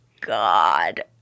God